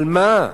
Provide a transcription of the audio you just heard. על מה?